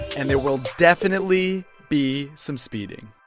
and there will definitely be some speeding